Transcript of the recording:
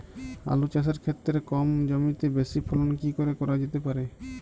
আলু চাষের ক্ষেত্রে কম জমিতে বেশি ফলন কি করে করা যেতে পারে?